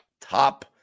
top